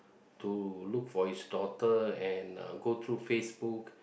to look for his daughter and look through Facebook